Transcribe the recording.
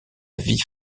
vie